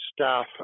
staff